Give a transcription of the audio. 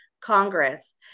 Congress